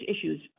issues